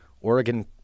Oregon